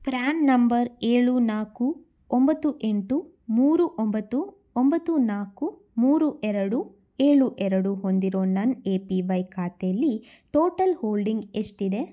PRAN number ಏಳು ನಾಲ್ಕು ಒಂಬತ್ತು ಎಂಟು ಮೂರು ಒಂಬತ್ತು ಒಂಬತ್ತು ನಾಲ್ಕು ಮೂರು ಎರಡು ಏಳು ಎರಡು ಹೊಂದಿರೋ ನನ್ನ ಎ ಪಿ ವೈ ಖಾತೆಯಲ್ಲಿ ಟೋಟಲ್ ಹೋಲ್ಡಿಂಗ್ ಎಷ್ಟಿದೆ